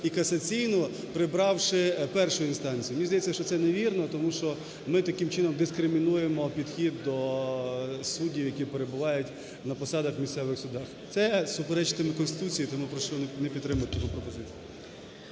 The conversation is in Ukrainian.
і касаційну, прибравши першу інстанцію. Мені здається, що це невірно, тому що ми таким чином дискримінуємо підхід до суддів, які перебувають на посадах в місцевих судах. Це суперечитиме Конституції, і тому прошу не підтримувати таку пропозицію.